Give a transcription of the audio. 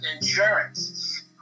insurance